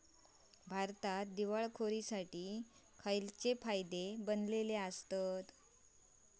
भारतात दिवाळखोरीसाठी खयचे कायदे बनलले आसत?